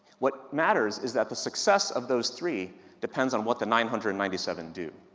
what matters is that the success of those three depends on what the nine hundred and ninety seven do.